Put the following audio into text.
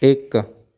ਇੱਕ